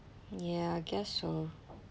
ya I guess so